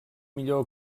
millor